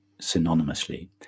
synonymously